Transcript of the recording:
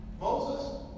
Moses